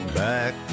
back